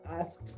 asked